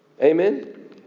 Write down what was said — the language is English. Amen